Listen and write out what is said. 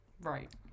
right